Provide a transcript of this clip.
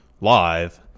live